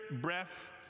breath